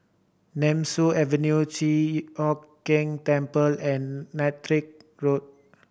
Nemesu Avenue Chi Hock Keng Temple and Road